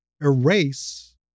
erase